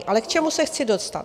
Ale k čemu se chci dostat?